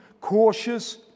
cautious